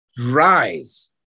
rise